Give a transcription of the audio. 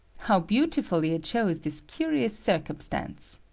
how beautifully it shows this cu rious circumstance!